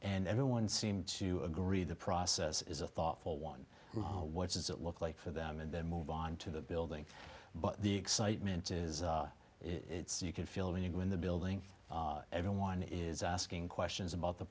and everyone seemed to agree the process is a thoughtful one what does it look like for them and then move on to the building but the excitement is it's you can feel when you go in the building everyone is asking questions about the